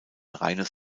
reines